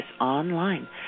online